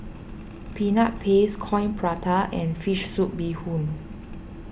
Peanut Paste Coin Prata and Fish Soup Bee Hoon